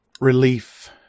Relief